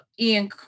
Ian